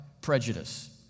prejudice